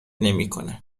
نمیکنه